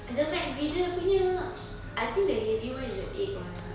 the mcgriddles punya I think the heavy [one] is the egg [one]